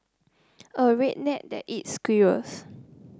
a redneck that eats squirrels